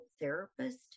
therapist